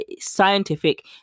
scientific